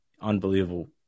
unbelievable